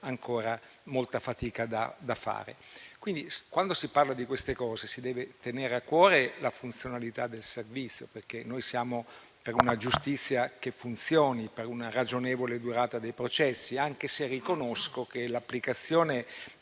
ancora molta è la fatica da sopportare. Quando si parla di queste cose, si deve tenere a cuore la funzionalità del servizio, perché noi siamo per una giustizia che funzioni e per una ragionevole durata dei processi, anche se riconosco che l'applicazione